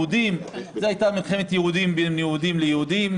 זו הייתה מלחמה בין יהודים ליהודים,